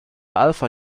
alpha